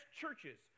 churches